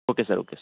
okay sir okay sir